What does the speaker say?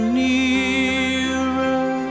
nearer